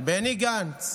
בני גנץ,